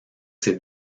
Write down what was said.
ces